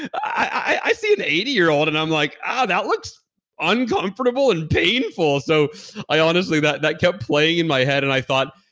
i see an eighty year old and i'm like, oh, that looks uncomfortable and painful. so honestly, that that kept playing in my head and i thought,